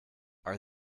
are